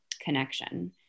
connection